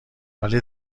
ولی